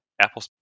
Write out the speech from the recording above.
Apple